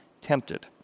tempted